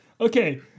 Okay